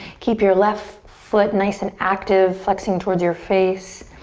keep your left foot nice and active, flexing towards your face.